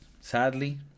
sadly